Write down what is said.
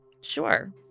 sure